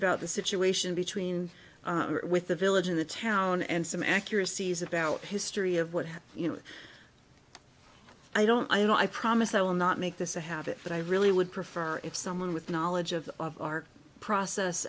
about the situation between with the village in the town and some accuracies about history of what had you know i don't i don't i promise i will not make this a habit but i really would prefer if someone with knowledge of of our process